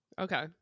Okay